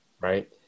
Right